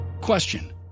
Question